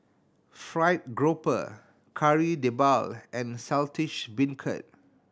fried grouper Kari Debal and Saltish Beancurd